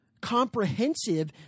comprehensive